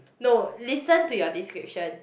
no listen to your description